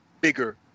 bigger